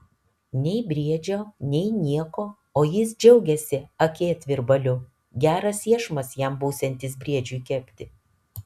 nei briedžio nei nieko o jis džiaugiasi akėtvirbaliu geras iešmas jam būsiantis briedžiui kepti